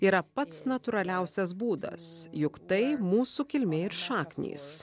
yra pats natūraliausias būdas juk tai mūsų kilmė ir šaknys